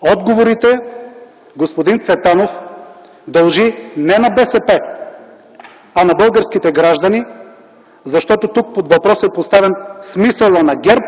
Отговорите господин Цветанов дължи не на БСП, а на българските граждани, защото тук под въпрос е поставен смисълът на ГЕРБ